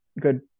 good